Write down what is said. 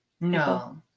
No